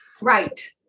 Right